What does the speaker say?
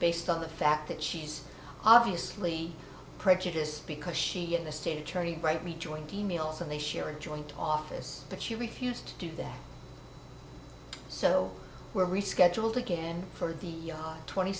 based on the fact that she's obviously prejudiced because she and the state attorney right rejoined females and they share a joint office but she refused to do that so we're rescheduled again for the twenty